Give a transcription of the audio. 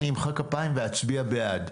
אני אמחא כפיים ואצביע בעד.